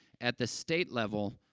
at the state level,